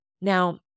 Now